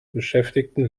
beschäftigten